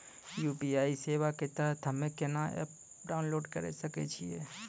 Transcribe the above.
UPI सेवा के तहत हम्मे केना एप्प डाउनलोड करे सकय छियै?